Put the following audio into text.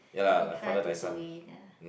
he try to do it ah